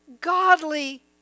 godly